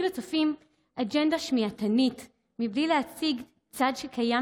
לצופים אג'נדה שמיעתנית בלי להציג צד שקיים,